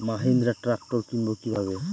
Mahindra tractor কিনবো কি ভাবে?